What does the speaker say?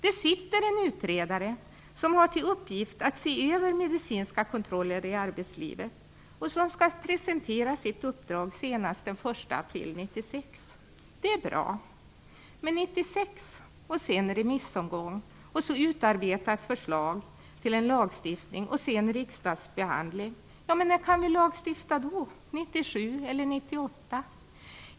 Det har tillsatts en utredare som har till uppgift att se över medicinska kontroller i arbetslivet och som skall presentera sitt uppdrag senast den 1 april 1996. Det är bra. Men sedan blir det remissomgång, och så skall man utarbeta ett förslag till lagstiftning. Sedan blir det riksdagsbehandling. När kan vi lagstifta? 1997 eller 1998?